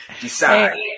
decide